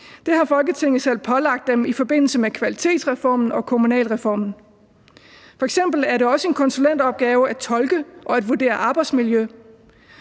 Det har Folketinget selv pålagt dem i forbindelse med kvalitetsreformen og kommunalreformen. Det er f.eks. også en konsulentopgave at tolke og at vurdere arbejdsmiljø.